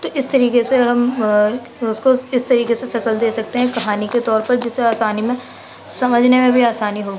تو اس طریقے سے ہم اس کو اس طریقے سے شکل دے سکتے ہیں کہانی کے طور پر جسے آسانی میں سمجھنے میں بھی آسانی ہو